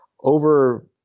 Over